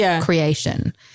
creation